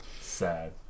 Sad